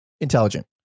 intelligent